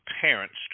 parents